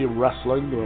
wrestling